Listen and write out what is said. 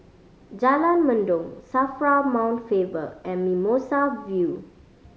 Jalan Mendong SAFRA Mount Faber and Mimosa View